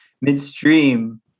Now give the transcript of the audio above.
midstream